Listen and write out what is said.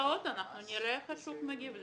בפעימות הבאות, אנחנו נראה איך השוק מגיב.